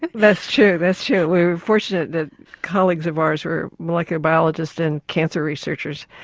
that's true, that's true. we were fortunate that colleagues of ours were molecular biologists and cancer researchers.